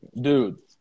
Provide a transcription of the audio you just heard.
Dude